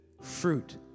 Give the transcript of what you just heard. fruit